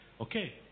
Okay